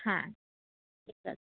হ্যাঁ ঠিক আছে